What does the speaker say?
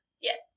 Yes